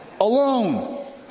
alone